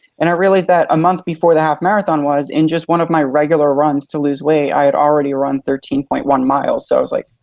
and i realized that a month before the half marathon was, in just one of my regular runs to lose weight, i had already run thirteen point one miles. so i was like,